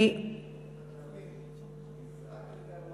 שנזרק לאשפתות.